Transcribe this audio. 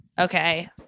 Okay